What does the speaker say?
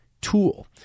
tool